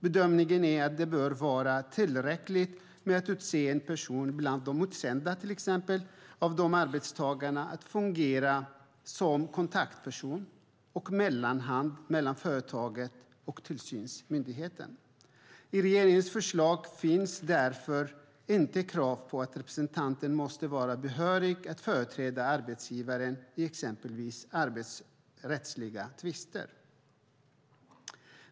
Bedömningen är att det bör vara tillräckligt att utse en person till exempel bland de utsända arbetstagarna att fungera som kontaktperson och mellanhand mellan företaget och tillsynsmyndigheten. I regeringens förslag finns därför inte krav på att representanten måste vara behörig att företräda arbetsgivaren i exempelvis arbetsrättsliga tvister.